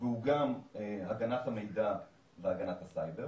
והוא גם הגנת המידע והגנת הסייבר